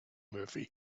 murphy